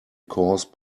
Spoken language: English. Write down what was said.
cause